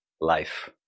life